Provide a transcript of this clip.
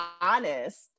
honest